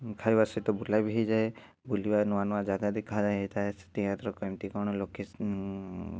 ଖାଇବା ସହିତ ବୁଲା ବି ହେଇଯାଏ ବୁଲିବା ନୂଆ ନୂଆ ଜାଗା ଦେଖା ହେଇଥାଏ ସେଠିକାର କେମତି କ'ଣ ଲୋକେ